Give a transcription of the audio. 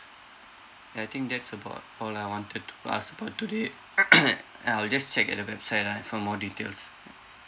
ya I think that's about all I wanted to ask about today uh I'll just check at the website ah for more details